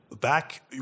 back